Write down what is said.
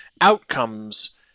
outcomes